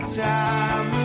time